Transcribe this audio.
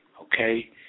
okay